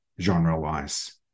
genre-wise